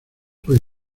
puede